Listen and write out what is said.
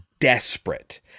desperate